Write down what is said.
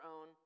own